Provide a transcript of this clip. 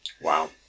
Wow